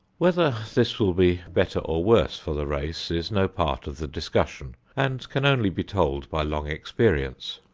whether this will be better or worse for the race is no part of the discussion, and can only be told by long experience.